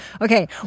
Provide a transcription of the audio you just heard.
Okay